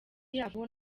yabo